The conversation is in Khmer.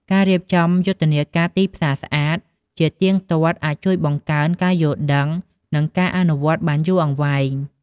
ការរៀបចំយុទ្ធនាការ "ទីផ្សារស្អាត" ជាទៀងទាត់អាចជួយបង្កើនការយល់ដឹង និងការអនុវត្តបានយូរអង្វែង។